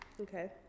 okay